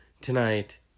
Tonight